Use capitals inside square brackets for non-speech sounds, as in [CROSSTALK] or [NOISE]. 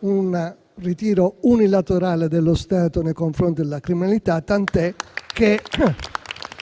un ritiro unilaterale dello Stato nei confronti della criminalità, [APPLAUSE]